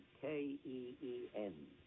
K-E-E-N